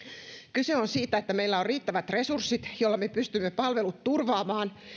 kyse on siitä että meillä on riittävät resurssit joilla me pystymme palvelut turvaamaan